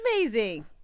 amazing